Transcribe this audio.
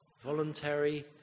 voluntary